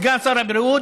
כסגן שר הבריאות,